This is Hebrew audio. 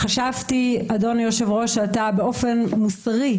חשבתי אדוני היושב ראש שאתה באופן מוסרי,